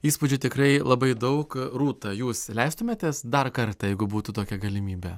įspūdžių tikrai labai daug rūta jūs leistumėtės dar kartą jeigu būtų tokia galimybė